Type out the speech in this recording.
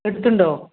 അടുത്തുണ്ടോ